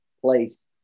place